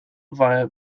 via